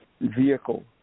vehicle